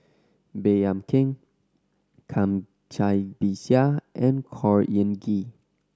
Baey Yam Keng Cai Bixia and Khor Ean Ghee